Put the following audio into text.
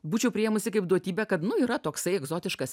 būčiau priėmusi kaip duotybę kad nu yra toksai egzotiškas